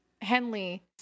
Henley